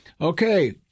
Okay